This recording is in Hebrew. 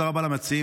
תודה רבה למציעים,